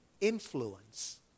influence